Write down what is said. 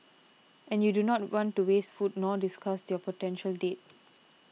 and you do not want to waste food nor disgust your potential date